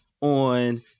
on